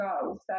go